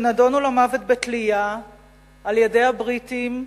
שנידונו למוות בתלייה על-ידי הבריטים,